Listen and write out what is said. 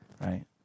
Right